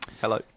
Hello